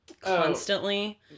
Constantly